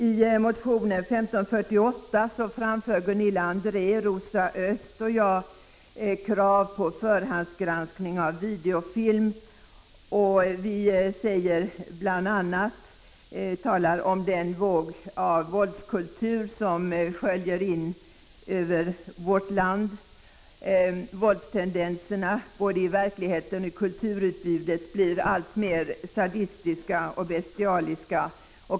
I motion 1548 framför Gunilla André, Rosa Östh och jag krav på förhandsgranskning av videofilm. Vi talar bl.a. om den våg av våldskultur som sköljer in över vårt land. ”Våldstendenserna, både i verkligheten och i kulturutbudet, blir alltmer sadistiska och bestialiska.